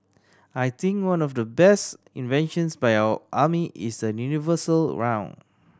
I think one of the best inventions by our army is the universal round